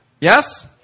Yes